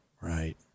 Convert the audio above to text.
right